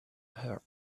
her